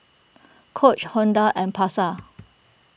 Coach Honda and Pasar